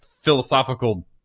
philosophical